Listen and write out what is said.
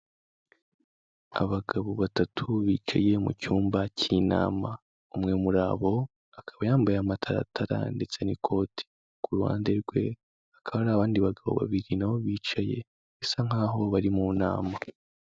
Abagabo batatu bicaye mu cyumba cy'inama, umwe muri abo akaba yambaye amataratara ndetse n'ikoti, ku ruhande rwe hakaba hari abandi bagabo babiri na bo bicaye, bisa nk'aho bari mu nama.